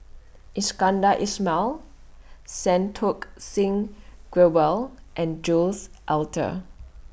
Iskandar Ismail Santokh Singh Grewal and Jules Itier